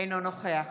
אינו נוכח